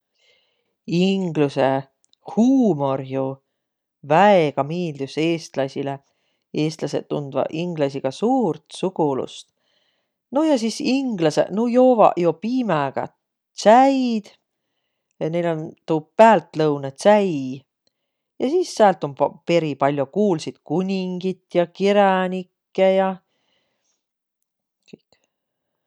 Inglüse huumor jo väega miildüs eestläisile. Eestläseq tundvaq ingläisiga suurt sugulust. No ja sis ingläseq, nuuq joovaq jo piimäga tsäid ja näil om tuu päältlõunõtsäi. Ja sis säält om pa- peris pall'o kuulsit kuningit ja kiränikke ja kõik.